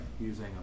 Using